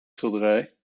schilderij